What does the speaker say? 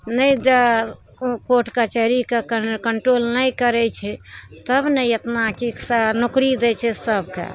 नहि द कोट कचहरीके कन्ट्रोल नहि करय छै तबने एतना की सब नौकरी दै छै सबके